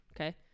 Okay